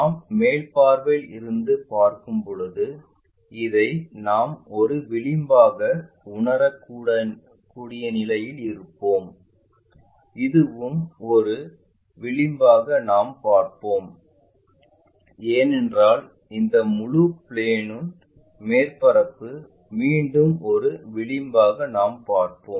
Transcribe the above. நாம் மேல் பார்வையில் இருந்து பார்க்கும் போது இதை நாம் ஒரு விளிம்பாக உணரக்கூடிய நிலையில் இருப்போம் இதுவும் ஒரு விளிம்பாக நாம் பார்ப்போம் ஏனெனில் இந்த முழு பிளேன் மேற்பரப்பு மீண்டும் ஒரு விளிம்பாக நாம் பார்ப்போம்